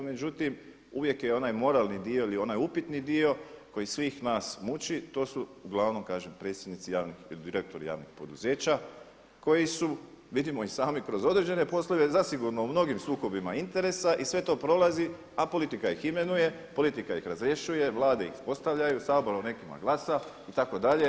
Međutim, uvijek je onaj moralni dio ili onaj upitni dio koji svih nas muči to su uglavnom kažem predsjednici javnih ili direktori javnih poduzeća koji su vidimo i sami kroz određene poslove zasigurno u mnogim sukobima interesa i sve to prolazi a politika ih imenuje, politika ih razrješuje, Vlade ih postavljaju, Sabor o nekima glasa itd.